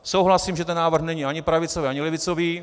Souhlasím, že ten návrh není ani pravicový ani levicový.